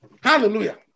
Hallelujah